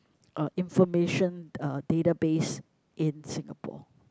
uh information uh database in Singapore